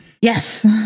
Yes